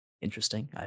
interesting